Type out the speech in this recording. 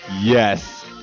Yes